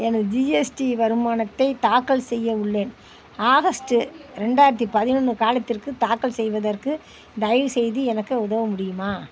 எனது ஜிஎஸ்டி வருமானத்தைத் தாக்கல் செய்ய உள்ளேன் ஆகஸ்ட்டு ரெண்டாயிரத்தி பதினொன்று காலத்திற்கு தாக்கல் செய்வதற்கு தயவு செய்து எனக்கு உதவ முடியுமா